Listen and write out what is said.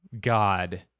God